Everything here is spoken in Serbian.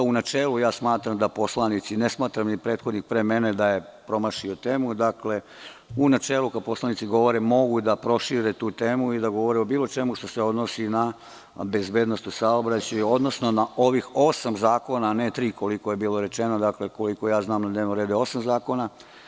U načelu, smatram da poslanici, ne smatram da je i prethodnik pre mene promašio temu, u načelu kada poslanici govore mogu da prošire tu temu i da govore o bilo čemu što se odnosi na bezbednost u saobraćaju, odnosno na ovih osam zakona, a ne tri koliko je bilo rečeno, jer je na dnevnom redu osam zakona.